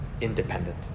independent